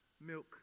milk